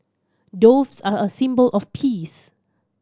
doves are a symbol of peace